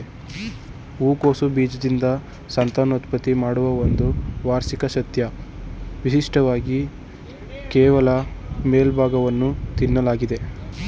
ಹೂಕೋಸು ಬೀಜದಿಂದ ಸಂತಾನೋತ್ಪತ್ತಿ ಮಾಡುವ ಒಂದು ವಾರ್ಷಿಕ ಸಸ್ಯ ವಿಶಿಷ್ಟವಾಗಿ ಕೇವಲ ಮೇಲ್ಭಾಗವನ್ನು ತಿನ್ನಲಾಗ್ತದೆ